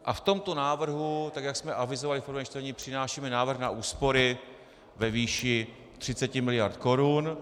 V tomto návrhu, tak jak jsme avizovali v prvém čtení, přinášíme návrh na úspory ve výši 30 miliard korun.